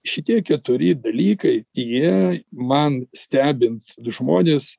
šitie keturi dalykai jie man stebint žmones